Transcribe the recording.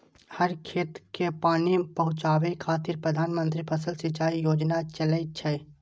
हर खेत कें पानि पहुंचाबै खातिर प्रधानमंत्री फसल सिंचाइ योजना चलै छै